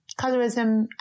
colorism